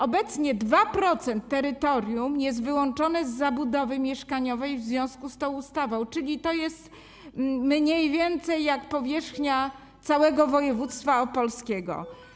Obecnie 2% terytorium jest wyłączone z zabudowy mieszkaniowej w związku z tą ustawą, czyli to jest mniej więcej powierzchnia całego województwa opolskiego.